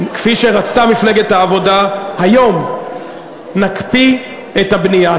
כפי שרצתה מפלגת העבודה היום: נקפיא את הבנייה,